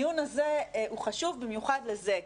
אני חושבת שהדיון הזה הוא חשוב במיוחד לזה.